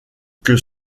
que